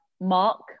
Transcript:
Mark